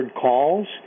calls